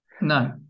No